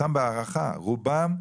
סתם בהערכה, רובם,